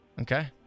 Okay